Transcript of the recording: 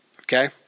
Okay